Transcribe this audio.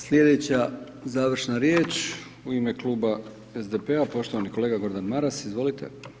Slijedeća završna riječ u ime Kluba SDP-a, poštovani kolega Gordan Maras, izvolite.